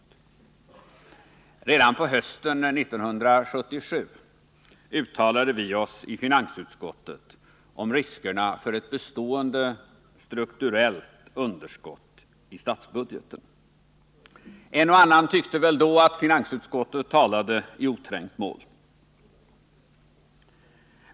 Redan på hösten 1977 uttalade vi oss i finansutskottet om riskerna för ett bestående strukturellt underskott i statsbudgeten. En och annan tyckte väl då att finansutskottet talade i oträngt mål.